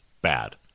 bad